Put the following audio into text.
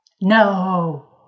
No